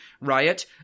riot